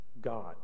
God